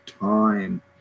time